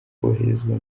koherezwa